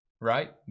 Right